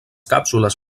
càpsules